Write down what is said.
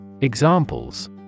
Examples